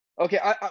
Okay